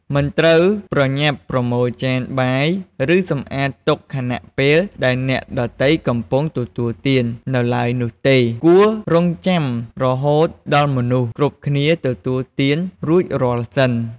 មិនត្រូវប្រញាប់ប្រមូលចានបាយឬសម្អាតតុខណៈពេលដែលអ្នកដទៃកំពុងទទួលទាននៅឡើយនោះទេគួររង់ចាំរហូតដល់មនុស្សគ្រប់គ្នាទទួលទានរួចរាល់សិន។